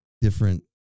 different